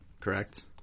Correct